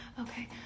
Okay